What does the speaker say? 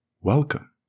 Welcome